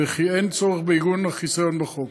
ואין צורך בעיגון החיסיון בחוק.